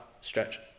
stretch